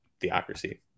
theocracy